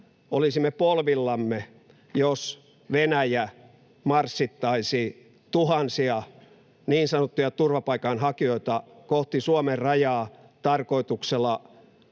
olisimme polvillamme, jos Venäjä marssittaisi tuhansia niin sanottuja turvapaikanhakijoita [Kimmo Kiljunen: